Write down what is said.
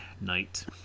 night